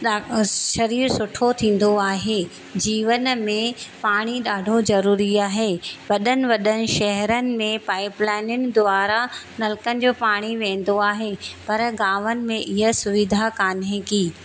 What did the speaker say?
डा शरीर सुठो थींदो आहे जीवन में पाणी ॾाढो ज़रूरी आहे वॾनि वॾनि शहरनि में पाइप लाइननि द्वारा नलकनि जो पाणी वेंदो आहे पर गावनि में ईअं सुविधा कान्हे कि